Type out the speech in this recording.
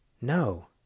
No